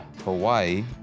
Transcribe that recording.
Hawaii